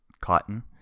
cotton